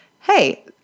Hey